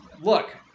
look